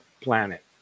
planet